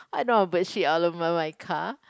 I don't want bird shit all over my car